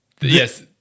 yes